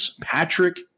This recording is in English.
patrick